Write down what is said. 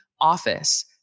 office